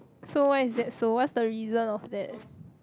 so why is that so what's the reason of that